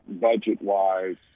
budget-wise